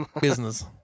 business